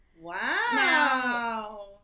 Wow